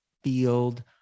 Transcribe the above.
field